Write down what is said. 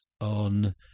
on